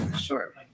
Sure